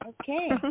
Okay